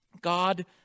god